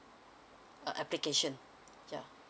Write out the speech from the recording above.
uh application ya